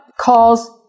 calls